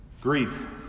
grief